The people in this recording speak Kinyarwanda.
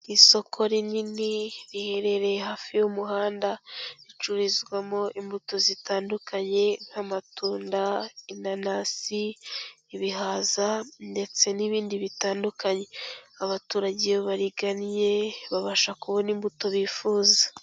Isoko rinini riherereye hafi y'umuhanda, ricururizwamo imbuto zitandukanye nk'amatunda, inanasi, ibihaza, ndetse n'ibindi bitandukanye, abaturage iyo barigannye babasha kubona imbuto bifuza.